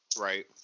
Right